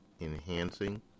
enhancing